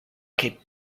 che